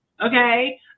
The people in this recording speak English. Okay